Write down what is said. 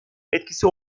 etkisi